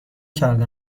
کرده